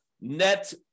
net